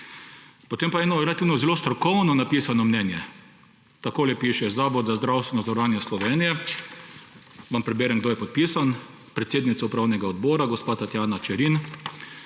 Potem pa eno relativno zelo strokovno napisano mnenje. Takole piše. Zavod za zdravstveno zavarovanje Slovenije. Vam preberem, kdo je podpisan. Predsednica upravnega odbora gospa Tatjana Čerin.